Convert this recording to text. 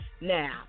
Now